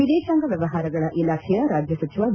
ವಿದೇಶಾಂಗ ವ್ನವಹಾರಗಳ ಇಲಾಖೆಯ ರಾಜ್ಯ ಸಚಿವ ವಿ